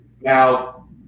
Now